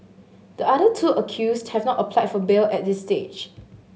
the other two accused have not applied for bail at this stage